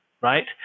right